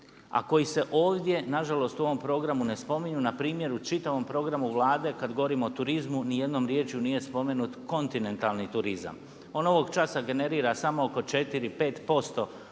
koji se ovdje nažalost u ovom programu ne spominju na primjeru čitavom programu Vlade. Kad govorimo o turizmu ni jednom riječju nije spomenut kontinentalni turizam. On ovog časa generira samo oko 4, 5%